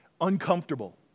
uncomfortable